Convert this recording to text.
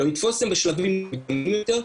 אלא נתפוס אותם בשלבים מוקדמים יותר,